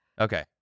Okay